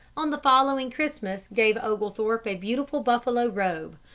on the following christmas gave oglethorpe a beautiful buffalo robe,